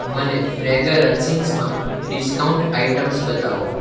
મને ફ્રેગરન્સીસમાં discount items બતાવો